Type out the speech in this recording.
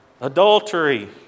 adultery